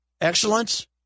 excellence